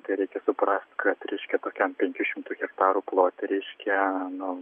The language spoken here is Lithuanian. tai reikia suprast kad reiškia tokiam penkių šimtų hektarų plote reiškia nu